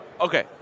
Okay